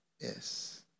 Yes